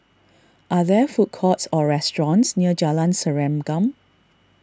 are there food courts or restaurants near Jalan Serengam